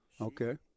Okay